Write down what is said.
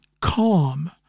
calm